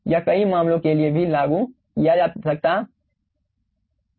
यह कई मामलों के लिए भी लागू किया जा सकता है